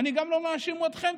אני לא מאשים אתכם,